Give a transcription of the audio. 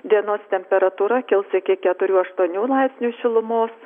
dienos temperatūra kils iki keturių aštuonių laipsnių šilumos